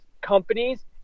companies